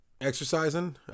exercising